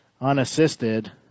unassisted